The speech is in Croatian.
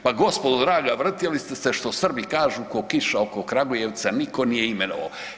Pa gospodo draga vrtjeli ste se što Srbi kažu „ko kiša oko Kragujevca“ nitko nije imenovao.